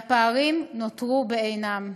והפערים נותרו בעינם.